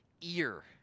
ear